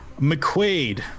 McQuaid